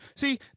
See